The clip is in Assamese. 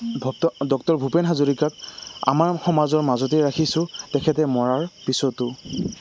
ডক্টৰ ভূপেন হাজৰিকাক আমাৰ সমাজৰ মাজতেই ৰাখিছোঁ তেখেতে মৰাৰ পিছতো